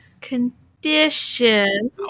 condition